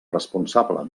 responsable